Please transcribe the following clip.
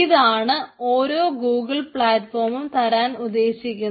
ഇതാണ് ഓരോ ഗൂഗിൾ പ്ലാറ്റ്ഫോമും തരാൻ ഉദ്ദേശിക്കുന്നത്